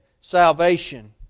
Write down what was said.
salvation